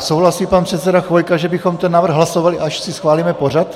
Souhlasí pan předseda Chvojka, že bychom ten návrh hlasovali, až si schválíme pořad?